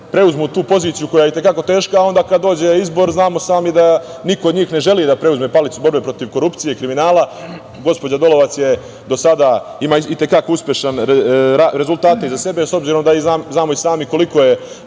preuzmu tu poziciju koja je i te kako teška, a onda kada dođe izbor znamo sami da niko od njih ne želi da preuzme palicu borbe protiv korupcije i kriminala. Gospođa Dolovac do sada ima i te kako uspešne rezultate iza sebe, s obzirom da znamo i sami koliko je